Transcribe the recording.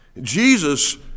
Jesus